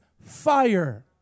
fire